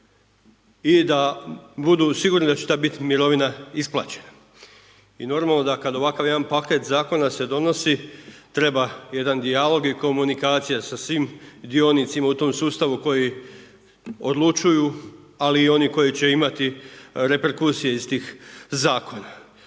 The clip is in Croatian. i da budu sigurni da će bit mirovina isplaćena. I normalno da kad ovakav jedan paket zakona se donosi, treba jedan dijalog i komunikacija sa svim dionicama u tom sustavu koji odlučuju ali i oni koji će imati reperkusije iz tih zakona.